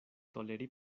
toleri